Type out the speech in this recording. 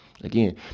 again